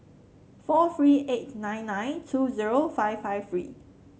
four three eight nine nine two zero five five three